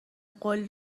قول